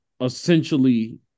essentially